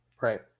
Right